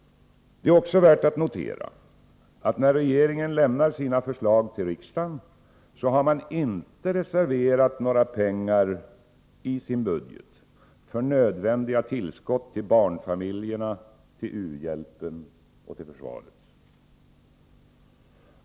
Det är också värt att notera, att när regeringen lämnat sina förslag till riksdagen, har den inte reserverat några pengar i budgeten för nödvändiga tillskott till barnfamiljerna, u-hjälpen och försvaret.